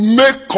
make